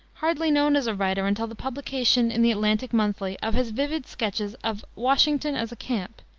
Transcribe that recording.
hardly known as a writer until the publication in the atlantic monthly of his vivid sketches of washington as a camp,